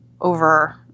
over